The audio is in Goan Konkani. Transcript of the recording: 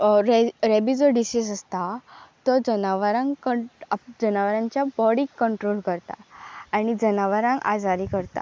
रेबी जो डिसीस आसता तो जनावरांक जनावरांच्या बॉडीक कंट्रोल करता आनी जनावरांक आजारी करता